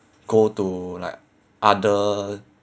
go to like other